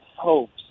hopes